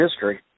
history